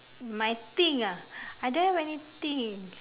my thing ah I don't have any thing